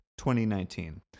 2019